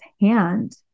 hand